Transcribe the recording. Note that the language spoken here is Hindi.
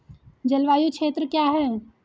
जलवायु क्षेत्र क्या है?